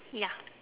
ya